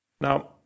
Now